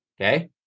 okay